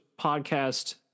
podcast